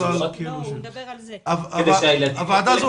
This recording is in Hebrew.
הוועדה הזו